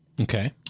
Okay